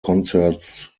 concerts